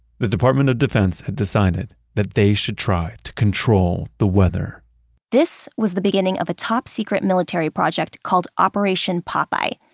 the department of defense had decided that they should try to control the weather this was the beginning of a top-secret military project called operation popeye.